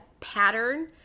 pattern